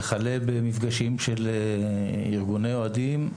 וכלה במפגשים של ארגוני אוהדים.